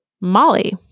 Molly